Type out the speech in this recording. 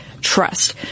trust